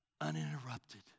uninterrupted